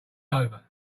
over